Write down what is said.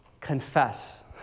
confess